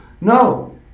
No